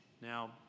Now